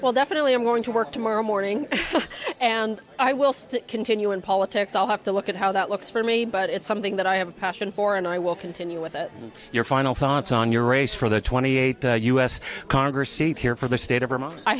well definitely i'm going to work tomorrow morning and i will still continue in politics i'll have to look at how that looks for me but it's something that i have a passion for and i will continue with us your final thoughts on your race for the twenty eighth u s congress seat here for the state of vermont i